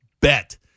Bet